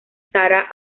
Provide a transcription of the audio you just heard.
sara